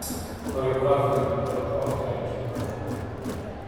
choreografė ir libreto autorė anželika cholina